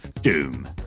Doom